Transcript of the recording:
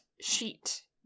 sheet